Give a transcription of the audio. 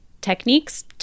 techniques